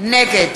נגד